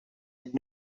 had